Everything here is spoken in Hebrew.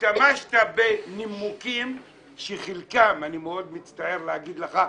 השתמשת בנימוקים שחלקם, אני מאוד מצטער להגיד לך,